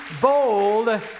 bold